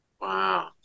Wow